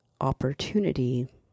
opportunity